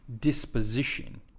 disposition